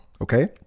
okay